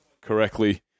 correctly